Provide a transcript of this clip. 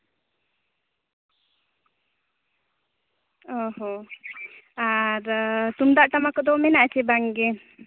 ᱚ ᱦᱚ ᱟᱨ ᱛᱩᱢᱫᱟᱜ ᱴᱟᱢᱟᱠ ᱠᱚᱫᱚ ᱢᱮᱱᱟᱜ ᱟᱥᱮ ᱵᱟᱝ ᱜᱮ